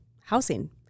housing